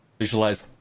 Visualize